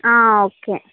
okay